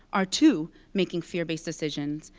are too making fear based decisions.